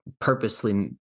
purposely